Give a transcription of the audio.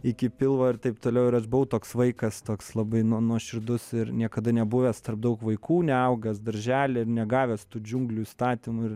iki pilvo ir taip toliau ir aš buvau toks vaikas toks labai nuo nuoširdus ir niekada nebuvęs tarp daug vaikų neaugęs daržely ir negavęs tų džiunglių įstatymų ir